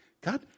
God